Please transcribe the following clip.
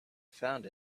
found